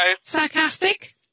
Sarcastic